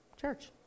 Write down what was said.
church